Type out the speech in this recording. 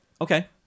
Okay